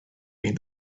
mean